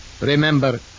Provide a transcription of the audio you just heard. Remember